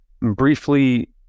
Briefly